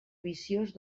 viciós